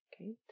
okay